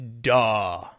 duh